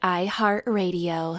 iHeartRadio